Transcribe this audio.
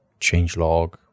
changelog